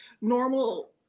normal